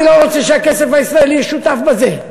אני לא רוצה שהכסף הישראלי יהיה שותף בזה.